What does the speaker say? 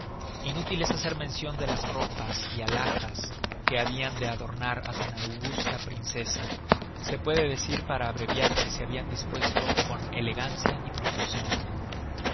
es hacer mencion de las ropas y alhajas que habian de adornar á tan augusta princesa se puede decir para abreviar que se habian dispuesto con elegancia y profusion